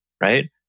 Right